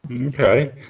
Okay